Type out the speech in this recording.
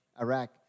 Iraq